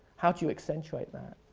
how do you accentuate that?